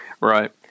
right